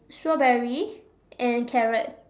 strawberry and carrot